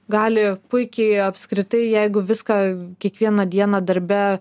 gali puikiai apskritai jeigu viską kiekvieną dieną darbe